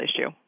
issue